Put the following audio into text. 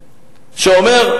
שאומר: